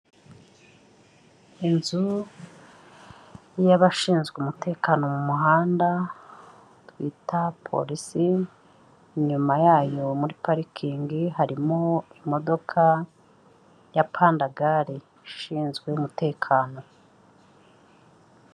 Inzu y'abashinzwe umutekano mu muhanda bita polisi. Inyuma yayo muri parikingi, harimo imodoka ya pandagali ishinzwe umutekano.